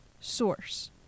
source